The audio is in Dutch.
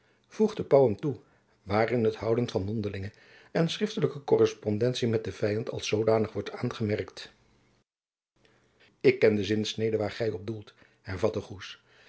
hem toe waarin het houden van mondelinge en schriftelijke korrespondentie met den vyand als zoodanig wordt aangemerkt ik ken de zinsnede waar gy op doelt hervatte